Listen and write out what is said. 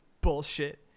bullshit